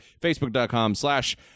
Facebook.com/slash